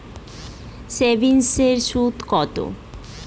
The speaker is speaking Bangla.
সেভিংসে সুদ কত?